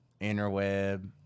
interweb